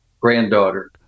Granddaughter